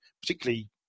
particularly